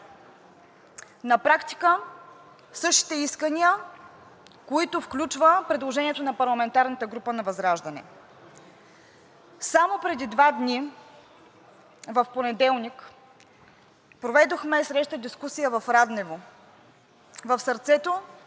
На практика същите искания, които включва предложението на парламентарната група на ВЪЗРАЖДАНЕ. Само преди два дни – в понеделник, проведохме среща дискусия в Раднево – в сърцето